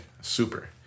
super